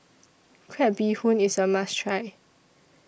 Crab Bee Hoon IS A must Try